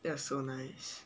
that was so nice